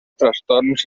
trastorns